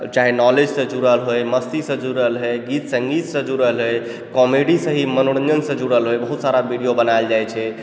चाहे नॉलेज से जुड़ल होए मस्ती से जुड़ल होए गीत सङ्गीत सँ जुड़ल होए कॉमेडी से ही मनोरञ्जन से जुड़ल होए बहुत सारा वीडियो बनाएल जाइ छै